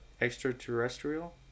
extraterrestrial